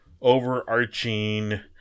overarching